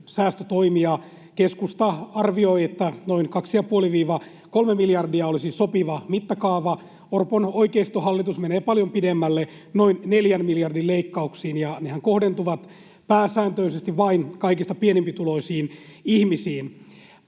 säästötoimia. Keskusta arvioi, että noin 2,5—3 miljardia olisi sopiva mittakaava. Orpon oikeistohallitus menee paljon pidemmälle noin neljän miljardin leikkauksin, ja nehän kohdentuvat pääsääntöisesti vain kaikista pienempituloisiin ihmisiin.